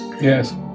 Yes